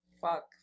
Fuck